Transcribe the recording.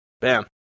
bam